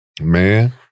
man